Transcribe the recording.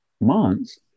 months